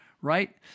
Right